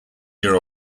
year